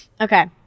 Okay